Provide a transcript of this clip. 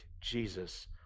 Jesus